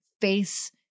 face